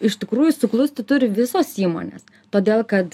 iš tikrųjų suklusti turi visos įmonės todėl kad